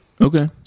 Okay